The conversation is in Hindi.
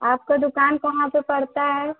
आपका दुकान कहाँ पर पड़ता है